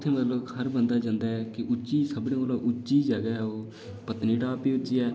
उत्थै मतलब हर बंदा जंदा ऐ ते उच्ची ते सभनें कोला उच्ची जगह ऐ ओह् पत्नीटॉप बी उच्ची ऐ